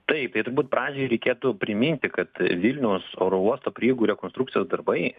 taip tai turbūt pradžioj reikėtų priminti kad vilniaus oro uosto prieigų rekonstrukcijos darbai